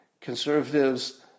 conservatives